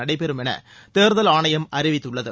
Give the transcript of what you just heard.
நடைபெறும் என தேர்தல் ஆணையம் அறிவித்துள்ளது